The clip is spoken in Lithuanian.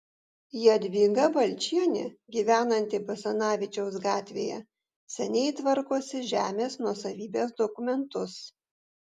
jadvyga balčienė gyvenanti basanavičiaus gatvėje seniai tvarkosi žemės nuosavybės dokumentus